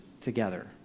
together